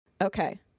okay